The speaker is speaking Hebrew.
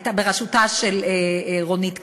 בראשותה של רונית קן,